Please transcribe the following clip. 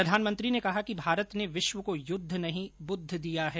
प्रधानमंत्री ने कहा कि भारत ने विश्व को युद्ध नहीं बुद्ध दिया है